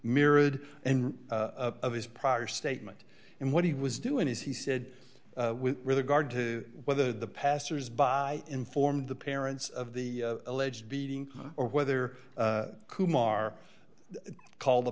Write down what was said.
mirrored and of his prior statement and what he was doing as he said with regard to whether the passers by informed the parents of the alleged beating or whether kumar called the